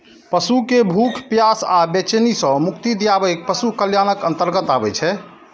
पशु कें भूख, प्यास आ बेचैनी सं मुक्ति दियाएब पशु कल्याणक अंतर्गत आबै छै